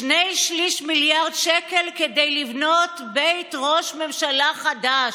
שני שלישים של מיליארד שקל כדי לבנות בית ראש ממשלה חדש.